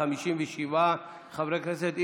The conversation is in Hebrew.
57 חברי כנסת.